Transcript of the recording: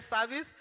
service